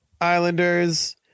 Islanders